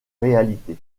réalité